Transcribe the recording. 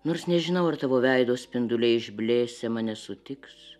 nors nežinau ar tavo veido spinduliai išblėsę mane sutiks